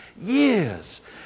years